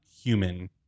human